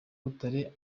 butare